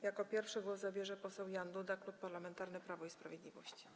Jako pierwszy głos zabierze poseł Jan Duda, Klub Parlamentarny Prawo i Sprawiedliwość.